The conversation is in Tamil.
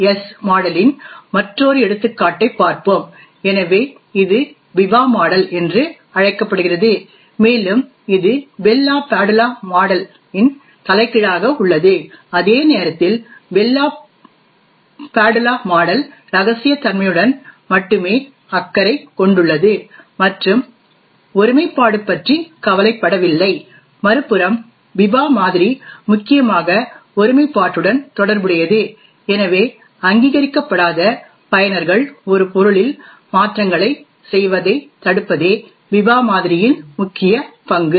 எஸ் மாடலின் மற்றொரு எடுத்துக்காட்டைப் பார்ப்போம் எனவே இது பிபா மாடல் என்று அழைக்கப்படுகிறது மேலும் இது பெல் லாபாதுலா மாடல் இன் தலைகீழாக உள்ளது அதே நேரத்தில் பெல் லாபாதுலா மாடல் ரகசியத்தன்மையுடன் மட்டுமே அக்கறை கொண்டுள்ளது மற்றும் ஒருமைப்பாடு பற்றி கவலைப்படவில்லை மறுபுறம் பிபா மாதிரி முக்கியமாக ஒருமைப்பாட்டுடன் தொடர்புடையது எனவே அங்கீகரிக்கப்படாத பயனர்கள் ஒரு பொருளில் மாற்றங்களைச் செய்வதைத் தடுப்பதே பிபா மாதிரியின் முக்கிய பங்கு